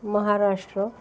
महाराष्ट्रम्